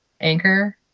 anchor